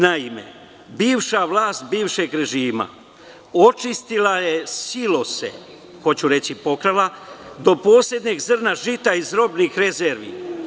Naime, bivša vlast bivšeg režima očistila je silose, hoću reći pokrala, do poslednjeg zrna žita iz robnih rezervi.